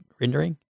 rendering